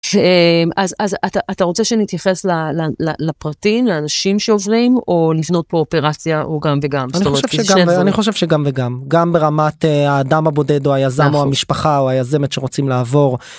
אז אתה רוצה שנתייחס לפרטים, לאנשים שעוברים, או לבנות פה אופרציה או גם וגם? אני חושב שגם וגם. גם ברמת האדם הבודד או היזם או המשפחה או היזמת שרוצים לעבור.